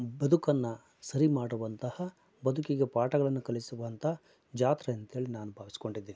ಬದುಕನ್ನ ಸರಿ ಮಾಡುವಂತಹ ಬದುಕಿಗೆ ಪಾಠಗಳನ್ನು ಕಲಿಸುವಂತ ಜಾತ್ರೆ ಅಂತೇಳಿ ನಾನು ಭಾವಿಸ್ಕೊಂಡಿದ್ದಿನಿ